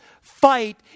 fight